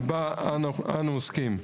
ובה אנו עוסקים.